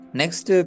next